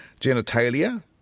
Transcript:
genitalia